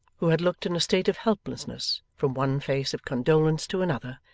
who had looked in a state of helplessness from one face of condolence to another,